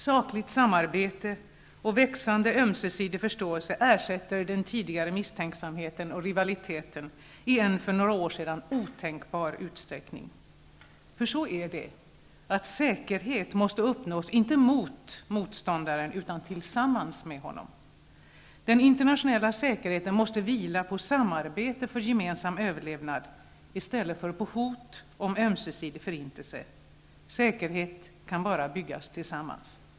Sakligt samarbete och växande ömsesidig förståelse ersätter den tidigare misstänksamheten och rivaliteten i en för några år sedan otänkbar utsträckning. För så är det: Säkerhet måste uppnås inte mot motståndaren utan tillsammans med honom. Den internationella säkerheten måste vila på samarbete för gemensam överlevnad i stället för på hot om ömsesidig förintelse. Säkerhet kan bara byggas tillsammans.